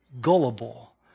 gullible